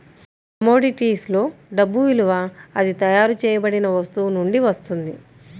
commodities లో డబ్బు విలువ అది తయారు చేయబడిన వస్తువు నుండి వస్తుంది